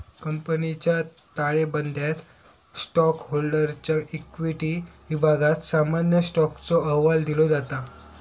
कंपनीच्या ताळेबंदयात स्टॉकहोल्डरच्या इक्विटी विभागात सामान्य स्टॉकचो अहवाल दिलो जाता